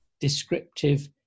descriptive